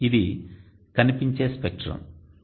ఇది "కనిపించే స్పెక్ట్రం"